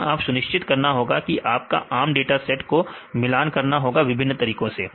यहां आपको सुनिश्चित करना होगा कि कि आपका आम डाटा सेट को मिलान करना होगा विभिन्न तरीकों से